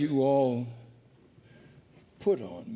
you all put on